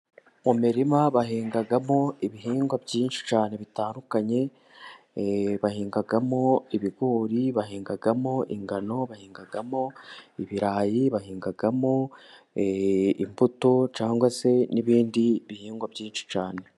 Mu mirima bahingamo ibihingwa byinshi cyane bitandukanye, bahingamo ibigori, bahingamo ingano, bahingamo ibirayi, bahingamo imbuto cyangwa se n'ibindi bihingwa byinshi cyane.